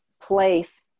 place